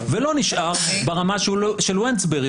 ולא נשאר ברמה של וונסברי.